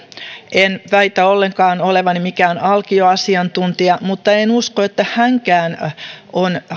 en väitä ollenkaan olevani mikään alkio asiantuntija mutta en usko että hänkään on